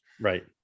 Right